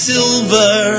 Silver